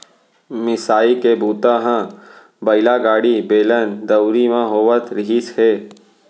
मिसाई के बूता ह बइला गाड़ी, बेलन, दउंरी म होवत रिहिस हे